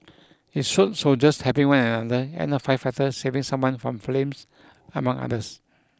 it showed soldiers helping one another and a firefighter saving someone from flames among others